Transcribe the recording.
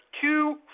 two